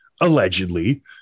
allegedly